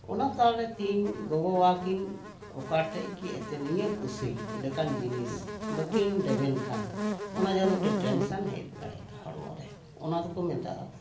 ᱚᱱᱟ ᱛᱟᱞᱟᱨᱮ ᱛᱮᱦᱤᱧ ᱜᱚᱜᱚᱼᱵᱟᱵᱟᱠᱤᱱ ᱚᱠᱟᱴᱷᱮᱡ ᱜᱮ ᱮᱱᱛᱮ ᱱᱤᱭᱟᱹ ᱠᱩᱥᱤ ᱞᱮᱠᱟᱱ ᱡᱤᱱᱤᱥ ᱵᱟᱹᱠᱤᱱ ᱨᱮᱵᱮᱱ ᱠᱷᱟᱱ ᱚᱱᱟ ᱡᱮᱱᱚ ᱢᱤᱫᱴᱮᱡ ᱴᱮᱱᱥᱮᱱ ᱦᱮᱡ ᱫᱟᱲᱮᱭᱟᱜᱼᱟ ᱦᱚᱲᱢᱚ ᱨᱮ ᱚᱱᱟ ᱫᱚᱠᱚ ᱢᱮᱛᱟᱜᱼᱟ